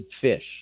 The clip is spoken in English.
fish